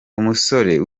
umusore